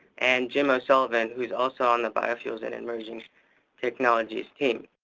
and jim o'sullivan who is also on the biofuels and emerging technologies team.